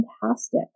fantastic